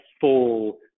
full